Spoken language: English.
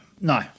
No